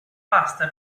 pasta